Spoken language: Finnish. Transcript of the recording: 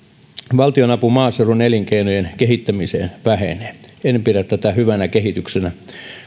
valtionapu maaseudun elinkeinojen kehittämiseen vähenee en pidä tätä hyvänä kehityksenä